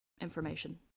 information